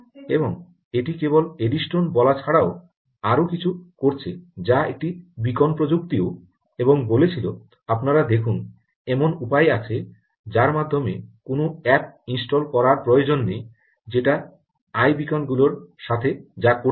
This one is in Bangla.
এবং এটি কেবল এডিস্টোন বলা ছাড়াও আরও কিছু করেছে যা একটি বীকন প্রযুক্তিও এবং বলেছিল আপনারা দেখুন এমন উপায় আছে যার মাধ্যমে কোনও অ্যাপ ইনস্টল করার প্রয়োজন নেই যেটা আইবীকন গুলির সাথে যা করতে হয়